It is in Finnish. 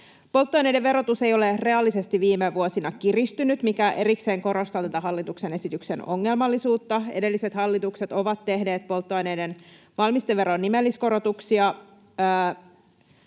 Polttoaineiden verotus ei ole reaalisesti viime vuosina kiristynyt, mikä erikseen korostaa tätä hallituksen esityksen ongelmallisuutta. Edelliset hallitukset ovat tehneet polttoaineiden valmisteveroon nimelliskorotuksia.